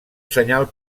senyal